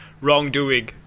wrongdoing